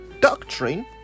doctrine